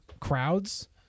crowds